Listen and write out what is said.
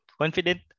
confident